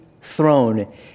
throne